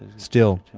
still,